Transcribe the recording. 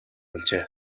болжээ